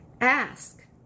Ask